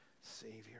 Savior